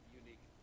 unique